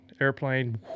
Airplane